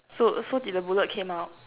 so so did the bullet came out